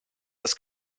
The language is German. das